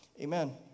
amen